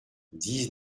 dix